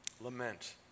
lament